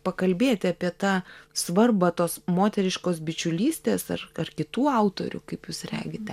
pakalbėti apie tą svarbą tos moteriškos bičiulystės ar kitų autorių kaip jūs regite